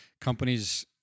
companies